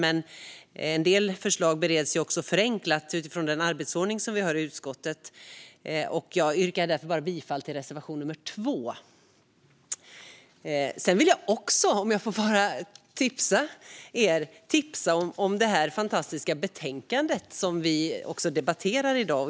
En del förslag bereds dock förenklat enligt den arbetsordning vi har i utskottet, och jag yrkar därför bifall bara till reservation nummer 2. Sedan vill jag också tipsa om det fantastiska betänkande som vi debatterar i dag.